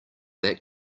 that